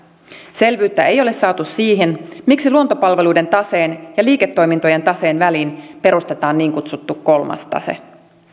selvyyttä ei ole saatu siihen miksi luontopalveluiden taseen ja liiketoimintojen taseen väliin perustetaan niin kutsuttu kolmas tase